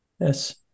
Yes